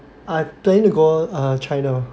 I planning to go err China